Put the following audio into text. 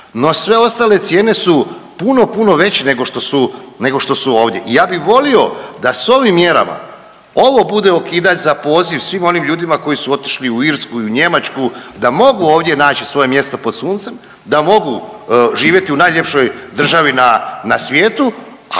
No, sve ostale cijene su puno, puno veće nego što su ovdje. I ja bih volio da sa ovim mjerama ovo bude okidač za poziv svim onim ljudima koji su otišli u Irsku i u Njemačku da mogu ovdje naći svoje mjesto pod suncem, da mogu živjeti u najljepšoj državi na, na svijetu,